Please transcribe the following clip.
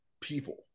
people